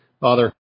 Father